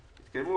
המורים.